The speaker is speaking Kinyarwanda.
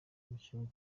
umukinnyi